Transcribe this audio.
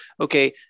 okay